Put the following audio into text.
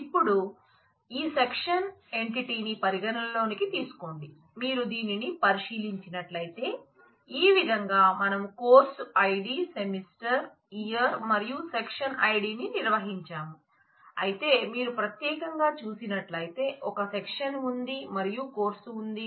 ఇప్పుడు ఈ సెక్షన్ ఎంటిటీని పరిగణనలోకి తీసుకోండి మీరు దీనిని పరిశీలించినట్లయితే ఈ విధంగా మనం కోర్సు ఐడి సెమిస్టర్ ఇయర్ మరియు సెక్షన్ ఐడిని నిర్వహించాం అయితే మీరు ప్రత్యేకంగా చూసినట్లయితే ఒక సెక్షన్ ఉంది మరియు కోర్సు ఉంది